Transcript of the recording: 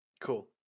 Cool